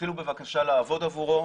ותתחילו בבקשה לעבוד עבורו,